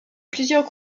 plusieurs